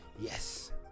Yes